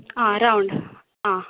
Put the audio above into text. आं राउंड आं